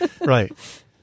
Right